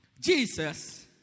Jesus